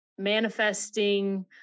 manifesting